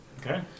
Okay